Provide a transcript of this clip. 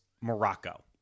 Morocco